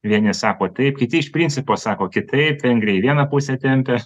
vieni sako taip kiti iš principo sako kitaip vengrija į vieną pusę tempia